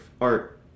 art